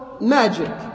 magic